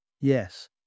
Yes